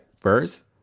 first